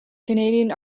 canadian